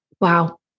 Wow